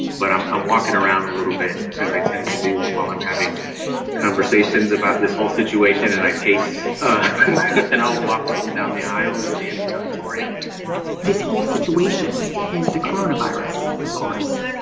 but i'm i'm walking around a little bit, as i tend to do while i'm having conversations about this whole situation. and i pace and i'll walk up and down the aisles of the empty auditorium this whole situation is the corona virus. of course,